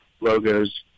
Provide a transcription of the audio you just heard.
logos